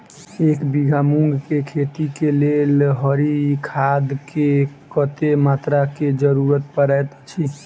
एक बीघा मूंग केँ खेती केँ लेल हरी खाद केँ कत्ते मात्रा केँ जरूरत पड़तै अछि?